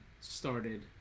started